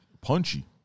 Punchy